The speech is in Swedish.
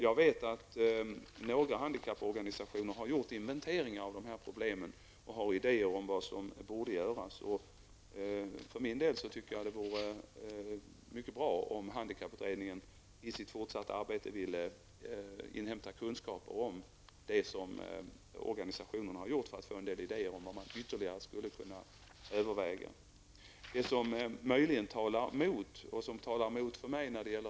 Jag vet att några handikapporganisationer har gjort inventeringar av problemen och har idéer om vad som borde göras. För min del tycker jag det vore mycket bra om handikapputredningen i sitt fortsatta arbete ville inhämta kunskaper om det som organisationerna har gjort för att få en del idéer om vad man ytterligare skulle kunna överväga.